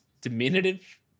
diminutive